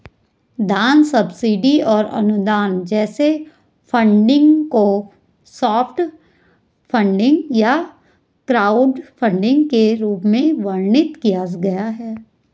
दान सब्सिडी और अनुदान जैसे फंडिंग को सॉफ्ट फंडिंग या क्राउडफंडिंग के रूप में वर्णित किया गया है